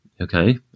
okay